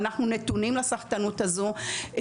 ואנחנו נתונים לסחטנות הזאת.